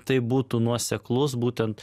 tai būtų nuoseklus būtent